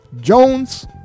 Jones